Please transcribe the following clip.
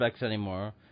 anymore